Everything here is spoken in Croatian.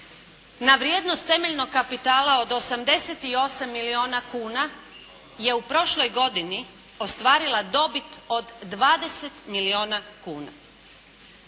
na vrijednost temeljnog kapitala od 88 milijuna kuna je u prošloj godini ostvarila dobit od 20 milijuna kuna.